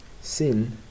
sin